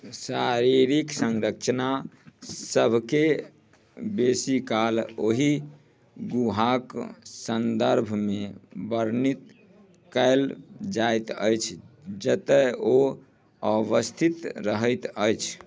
शारीरिक सँरचनासबके बेसीकाल ओहि गुहाके सन्दर्भमे वर्णित कएल जाइत अछि जतऽ ओ अवस्थित रहैत अछि